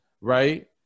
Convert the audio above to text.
right